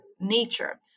nature